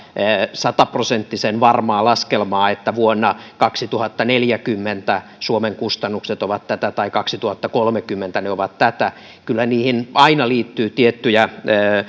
sataprosenttisen varmaa laskelmaa että vuonna kaksituhattaneljäkymmentä suomen kustannukset ovat tätä tai kaksituhattakolmekymmentä ne ovat tätä kyllä niihin aina liittyy tiettyjä